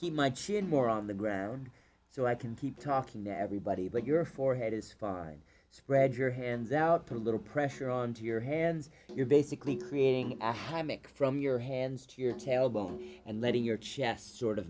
chin more on the ground so i can keep talking to everybody but your forehead is far and spread your hands out to a little pressure on to your hands you're basically creating a hammock from your hands to your tailbone and letting your chest sort of